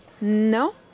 No